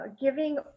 giving